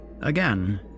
again